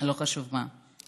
לא חשוב מה.